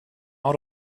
out